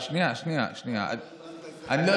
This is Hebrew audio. לא,